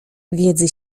wiedzy